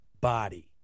body